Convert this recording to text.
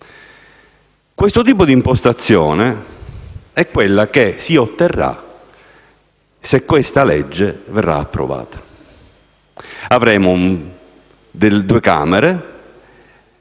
Questo tipo di impostazione è quella che si otterrà se questa legge verrà approvata; avremo due Camere